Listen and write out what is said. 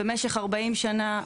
במשך 40 שנה,